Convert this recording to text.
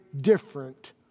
different